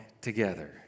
together